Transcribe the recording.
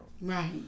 Right